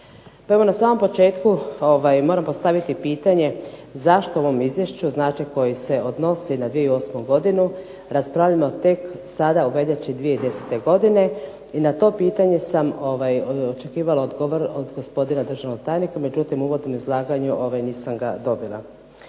Pa evo na početku moram postaviti pitanje zašto u ovom izvješću znači koji se odnosi na 2008. godinu raspravljamo tek sada u veljači 2010. godine. I na to pitanje sam očekivala odgovor od gospodina državnog tajnika, međutim u uvodnom izlaganju nisam ga dobila.